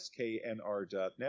sknr.net